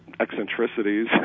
eccentricities